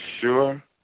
sure